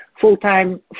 full-time